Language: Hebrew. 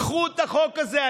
קחו את החוק הזה,